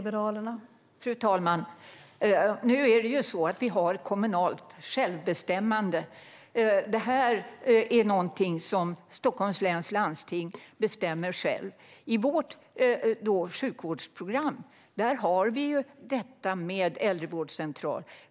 Fru talman! Nu är det ju så att vi har kommunalt självbestämmande. Det här är någonting som man bestämmer själv i Stockholms läns landsting. I vårt sjukvårdsprogram har vi detta med äldrevårdscentraler.